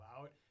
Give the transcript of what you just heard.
out